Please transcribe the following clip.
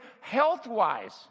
health-wise